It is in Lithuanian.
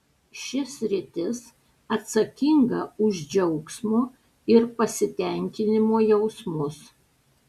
ši sritis atsakinga už džiaugsmo ir pasitenkinimo jausmus